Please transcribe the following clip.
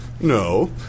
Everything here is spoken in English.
No